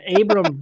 Abram